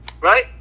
right